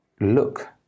look